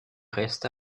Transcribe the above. reste